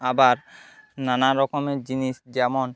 আবার নানারকমের জিনিস যেমন